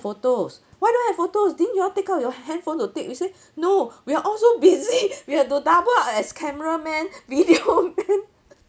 photos why don't have photos didn't you all take out your handphone to take we say no we're all so busy we have to double up as cameraman video man